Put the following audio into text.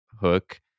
hook